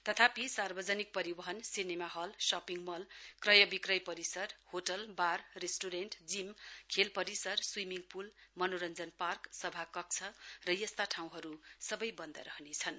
तथापि सार्वजनिक परिवहन सिनेमा हल सपिङ मल क्रय विक्रय परिसर होटल बार रेस्टुरेन्ट जिम खेल परिसर स्वीमिङ पुल मनोरञ्जन पार्क सभाकक्ष र यस्ता ठाउँहरू सबै बन्द रहनेछन्